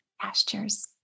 pastures